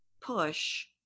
Push